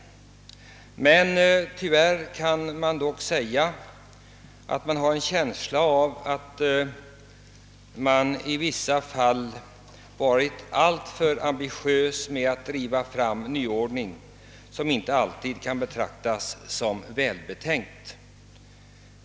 Tyvärr har man dock en känsla av att vi ibland har varit alltför ambitiösa när det gällt att driva fram en nyordning, som inte alltid varit välbetänkt.